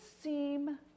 seem